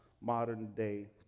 modern-day